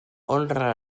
honra